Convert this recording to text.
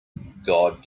god